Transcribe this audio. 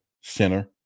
Center